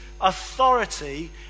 authority